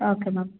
okay madam